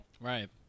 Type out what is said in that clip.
Right